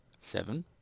Seven